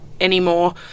anymore